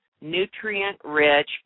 nutrient-rich